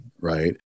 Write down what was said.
right